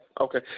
okay